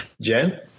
Jen